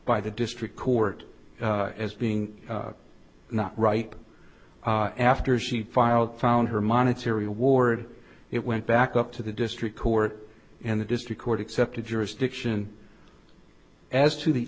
by the district court as being not right after she filed found her monetary award it went back up to the district court and the district court accepted jurisdiction as to the